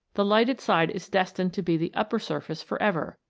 the lighted side is destined to be the upper surface for ever,